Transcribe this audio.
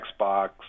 Xbox